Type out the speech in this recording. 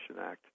Act